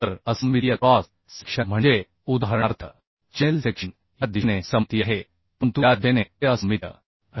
तर असममितीय cross section म्हणजे उदाहरणार्थ चॅनेल सेक्शन या दिशेने सममितीय आहे परंतु या दिशेने ते असममितीय आहे